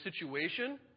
situation